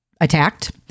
attacked